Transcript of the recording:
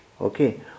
Okay